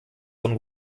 von